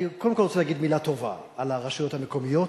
אני קודם כול רוצה להגיד מלה טובה על הרשויות המקומיות.